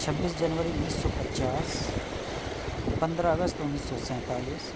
چھبیس جنوری انیس سو پچاس پندرہ اگست انیس سو سینتالیس